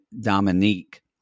Dominique